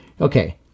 Okay